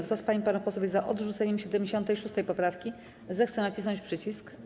Kto z pań i panów posłów jest za odrzuceniem 76. poprawki, zechce nacisnąć przycisk.